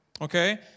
Okay